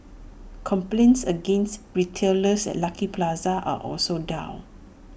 complaints against retailers at Lucky Plaza are also down